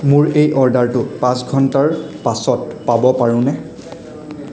মোৰ এই অৰ্ডাৰটো পাঁচ ঘণ্টাৰ পাছত পাব পাৰোনে